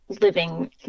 living